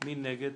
מי נגד?